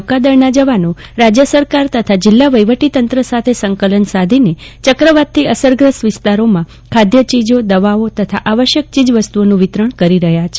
નૌકાદળના જવાનો રાજ્ય સરકાર તથા જિલ્લા વહિવટીતંત્ર સાથે સંકલન સાધીને ચક્રવાતથી અસરગ્રસ્ત વિસ્તારોમાં ખાઘચીજો દવાઓ તથા આવશ્યક ચીજવસ્તુઓનું વિતરણ કરી રહ્યા છે